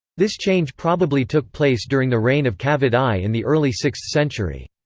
this change probably took place during the reign of kavad i in the early sixth century.